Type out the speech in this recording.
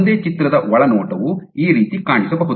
ಒಂದೇ ಚಿತ್ರದ ಒಳ ನೋಟವು ಈ ರೀತಿ ಕಾಣಿಸಬಹುದು